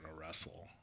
wrestle